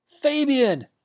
Fabian